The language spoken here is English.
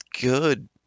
good